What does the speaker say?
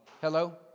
Hello